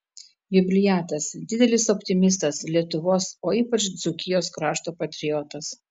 jubiliatas didelis optimistas lietuvos o ypač dzūkijos krašto patriotas